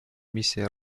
миссии